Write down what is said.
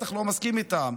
בטח שלא מסכים איתן,